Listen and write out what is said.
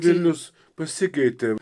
vilnius pasikeitė